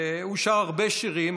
הוא שר הרבה שירים,